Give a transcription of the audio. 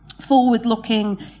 forward-looking